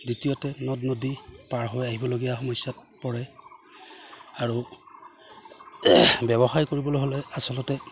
দ্বিতীয়তে নদ নদী পাৰ হৈ আহিবলগীয়া সমস্যাত পৰে আৰু ব্যৱসায় কৰিবলৈ হ'লে আচলতে